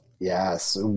Yes